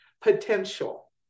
Potential